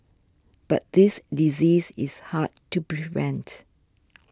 but this disease is hard to prevent